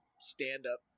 stand-up